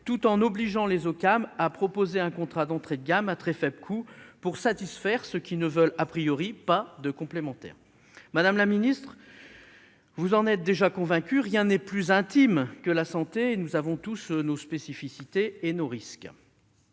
tout en obligeant les OCAM à proposer un contrat d'entrée de gamme à très faible coût pour satisfaire ceux qui ne souhaitaient pas initialement en bénéficier. Madame la ministre, vous en êtes déjà convaincue, rien n'est plus intime que la santé ; nous avons tous nos spécificités et nos risques.